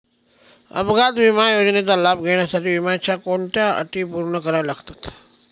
अपघात विमा योजनेचा लाभ घेण्यासाठी विम्याच्या कोणत्या अटी पूर्ण कराव्या लागतात?